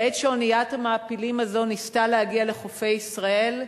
בעת שאוניית המעפילים הזו ניסתה להגיע לחופי ישראל,